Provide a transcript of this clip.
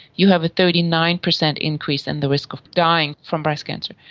you have a thirty nine percent increase in the risk of dying from breast cancer.